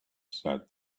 said